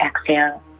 exhale